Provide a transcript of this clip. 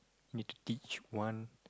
need to teach one